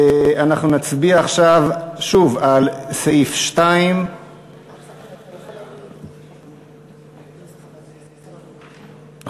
אנחנו נצביע עכשיו שוב על סעיף 2. אנחנו